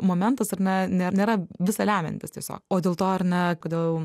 momentas ar ne ne nėra visa lemiantis tiesiog o dėl to ar ne kodėl